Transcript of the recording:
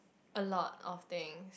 a lot of thing